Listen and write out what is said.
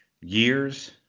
years